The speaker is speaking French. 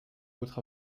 votre